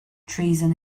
treason